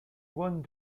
one